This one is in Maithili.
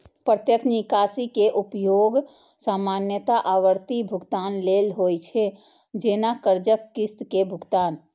प्रत्यक्ष निकासी के उपयोग सामान्यतः आवर्ती भुगतान लेल होइ छै, जैना कर्जक किस्त के भुगतान